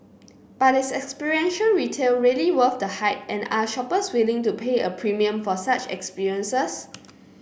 but is experiential retail really worth the hype and are shoppers willing to pay a premium for such experiences